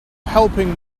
helping